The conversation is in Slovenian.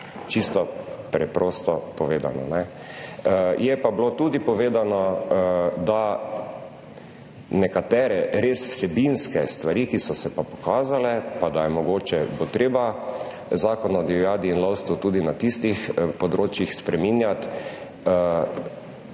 čisto preprosto povedano. Je pa bilo tudi povedano, da nekatere res vsebinske stvari, ki so se pa pokazale, pa da mogoče bo treba Zakon o divjadi in lovstvu tudi na tistih področjih spreminjati,